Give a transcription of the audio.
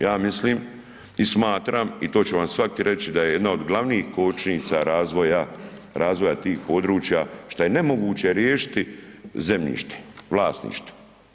Ja mislim i smatram i to će vam svaki reći da je jedna od glavnih kočnica razvoja, razvoja tih područja šta je nemoguće riješiti zemljište, vlasništvo.